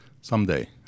someday